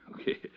Okay